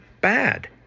bad